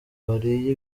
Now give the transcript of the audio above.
wariye